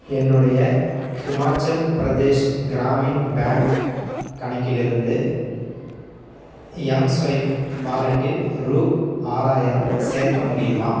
என்னுடைய ஹிமாச்சல் பிரதேஷ் கிராமின் பேங்க் கணக்கிலிருந்து எம்ஸ்வைப் வாலெட்டில் ரூ ஆறாயிரம் சேர்க்க முடியுமா